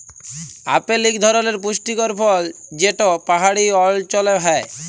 apple ইক ধরলের পুষ্টিকর ফল যেট পাহাড়ি অল্চলে হ্যয়